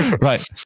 Right